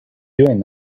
doing